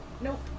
nope